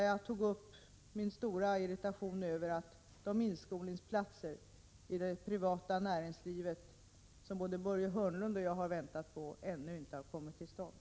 Jag uttryckte min stora irritation över att de inskolningsplatser i det privata näringslivet som både Börje Hörnlund och jag väntat på ännu inte har kommit till stånd.